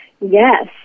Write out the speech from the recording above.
Yes